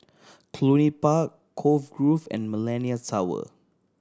Cluny Park Cove Grove and Millenia Tower